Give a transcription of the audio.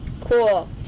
Cool